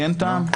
כי אין טעם.